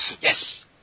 Yes